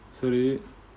sorry